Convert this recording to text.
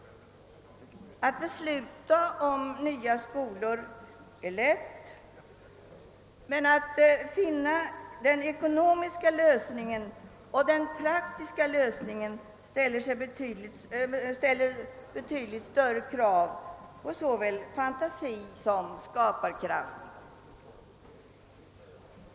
Att besluta om nya skolor är lätt, men att finna den ekonomiska lösningen och den praktiska lösningen ställer betydligt större krav på såväl fantasi som skaparkraft.